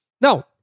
Now